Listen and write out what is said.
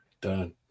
Done